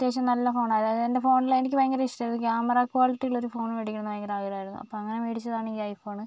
അത്യാവശ്യം നല്ല ഫോണാണ് അതായത് എൻ്റെ ഫോണിൽ എനിക്ക് ഭയങ്കര ഇഷ്ടമായിരുന്നു ക്യാമറ ക്വാളിറ്റി ഉള്ളൊരു ഫോൺ മേടിക്കണം എന്ന് ഭയങ്കര ആഗ്രഹമായിരുന്നു അപ്പം അങ്ങനെ മേടിച്ചതാണ് ഈ ഐ ഫോൺ